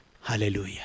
Hallelujah